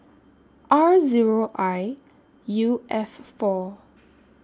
R Zero I U F four